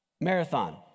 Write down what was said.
marathon